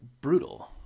brutal